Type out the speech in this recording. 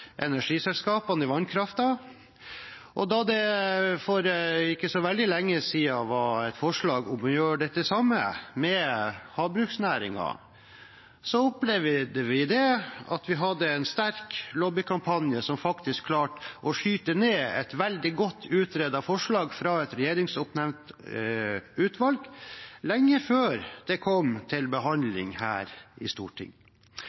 energiselskapene i vannkraften. Og da det for ikke så veldig lenge siden var et forslag om å gjøre det samme med havbruksnæringen, opplevde vi at vi hadde en sterk lobbykampanje som faktisk klarte å skyte ned et veldig godt utredet forslag fra et regjeringsoppnevnt utvalg lenge før det kom til behandling her i Stortinget.